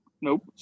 Nope